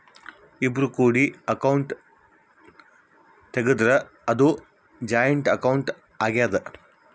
ಇಬ್ರು ಕೂಡಿ ಅಕೌಂಟ್ ತೆಗುದ್ರ ಅದು ಜಾಯಿಂಟ್ ಅಕೌಂಟ್ ಆಗ್ಯಾದ